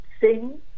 sing